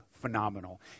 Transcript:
phenomenal